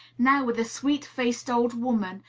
now with a sweet-faced old woman,